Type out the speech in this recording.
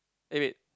eh wait